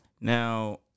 Now